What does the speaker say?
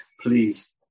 please